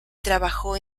trabajó